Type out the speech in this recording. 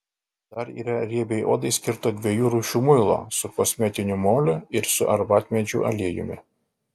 dar yra riebiai odai skirto dviejų rūšių muilo su kosmetiniu moliu ir su arbatmedžių aliejumi